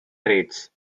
traits